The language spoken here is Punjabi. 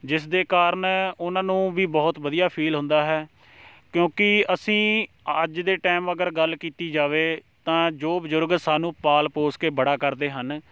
ਜਿਸ ਦੇ ਕਾਰਨ ਉਹਨਾਂ ਨੂੰ ਵੀ ਬਹੁਤ ਵਧੀਆ ਫ਼ੀਲ ਹੁੰਦਾ ਹੈ ਕਿਉਂਕਿ ਅਸੀਂ ਅੱਜ ਦੇ ਟਾਈਮ ਅਗਰ ਗੱਲ ਕੀਤੀ ਜਾਵੇ ਤਾਂ ਜੋ ਬਜ਼ੁਰਗ ਸਾਨੂੰ ਪਾਲ ਪੋਸ਼ ਕੇ ਬੜਾ ਕਰਦੇ ਹਨ